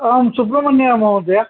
अहं सुब्रह्मण्य महोदय